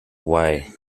way